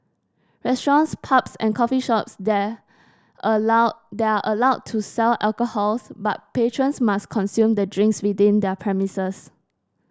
restaurants pubs and coffee shops there allow they are allowed to sell alcohols but patrons must consume the drinks within their premises